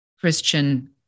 Christian